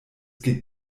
geht